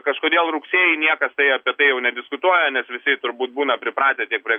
kažkodėl rugsėjį niekas tai apie tai jau nediskutuoja nes visi turbūt būna pripratę tiek prie